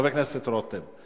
חבר הכנסת רותם,